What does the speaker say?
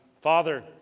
Father